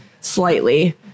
slightly